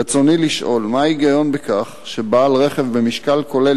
רצוני לשאול: 1. מה ההיגיון בכך שבעל רכב במשקל כולל